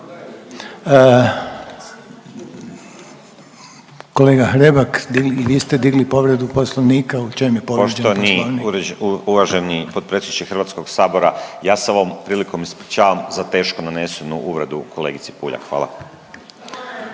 Kolega Hrebak i vi ste digli povredu Poslovnika. U čem je povrijeđen Poslovnik? **Hrebak, Dario (HSLS)** Poštovani uvaženi potpredsjedniče Hrvatskog sabora ja se ovom prilikom ispričavam za teško nanesenu uvredu kolegici Puljak. Hvala.